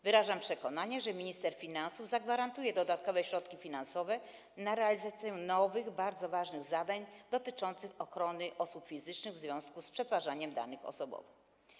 Wyrażam przekonanie, że minister finansów zagwarantuje dodatkowe środki finansowe na realizację nowych, bardzo ważnych zadań dotyczących ochrony osób fizycznych w związku z przetwarzaniem danych osobowych.